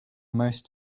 most